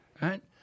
right